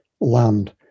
land